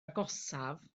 agosaf